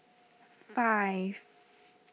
five